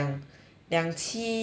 两期 toto